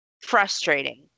frustrating